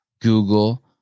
Google